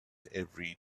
every